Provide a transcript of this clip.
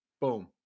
Boom